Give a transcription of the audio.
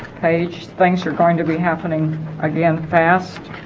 age things are going to be happening again fast